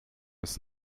ist